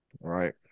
right